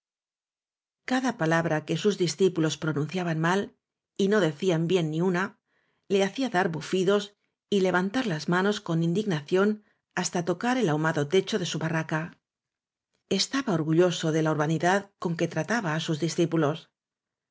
cada palabra que sus discípulos pronuncia ban mal y no decían bien ni una le hacía dar bufidos y levantar las manos con indignación hasta tocar el ahumado techo de su barraca estaba orgulloso de la urbanidad con que trata ba á sus discípulos